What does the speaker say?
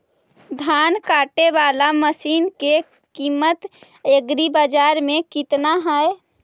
धान काटे बाला मशिन के किमत एग्रीबाजार मे कितना है?